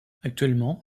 actuellement